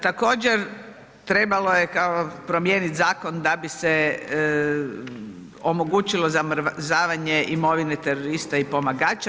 Također trebalo je promijeniti zakon da bi se omogućilo zamrzavanje imovine terorista i pomagača.